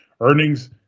Earnings